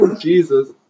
Jesus